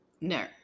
No